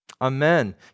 Amen